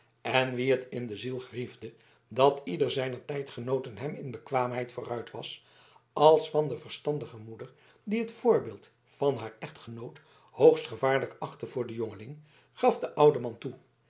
en wien het in de ziel griefde dat ieder zijner tijdgenooten hem in bekwaamheid vooruit was als van de verstandige moeder die het voorbeeld van haar echtgenoot hoogst gevaarlijk achtte voor den jongeling gaf de oude man toe